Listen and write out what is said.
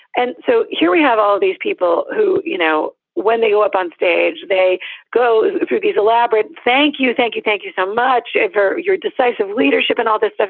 and so here we have all of these people who, you know, when they go up onstage, they go through these elaborate. thank you. thank you. thank you so um much and for your decisive leadership and all this stuff.